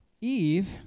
Eve